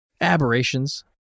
Aberrations